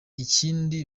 ikindi